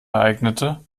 ereignete